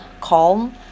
calm